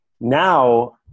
Now